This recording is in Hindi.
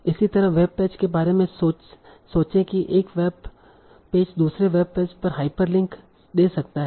इसी तरह वेब पेज के बारे में सोचें कि एक वेब पेज दूसरे वेब पेज पर हाइपरलिंक दे सकता है